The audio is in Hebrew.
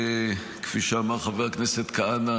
כפי שאמר חבר הכנסת כהנא,